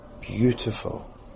beautiful